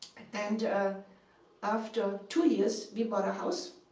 and ah after two years, we bought a house